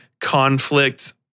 conflict